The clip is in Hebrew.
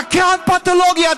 שקרן פתולוגי.